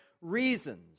reasons